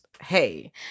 Hey